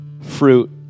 fruit